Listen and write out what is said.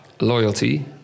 loyalty